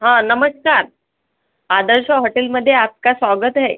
हां नमस्कार आदर्श हॉटेलमध्ये आपका स्वागत है